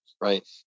Right